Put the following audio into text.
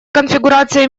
конфигурация